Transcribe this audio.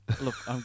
Look